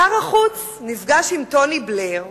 שר החוץ נפגש עם טוני בלייר,